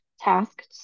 tasks